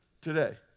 today